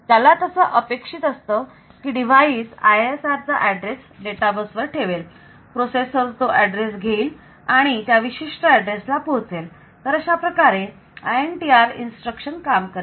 त्याला असं अपेक्षित असतं की डिवाइस ISR ऍड्रेस चा डेटाबेस ठेवेल प्रोसेसर तो एड्रेस घेईल आणि त्या विशिष्ट एड्रेस ला पोहोचेल तर अशाप्रकारे INTR इन्स्ट्रक्शन काम करेल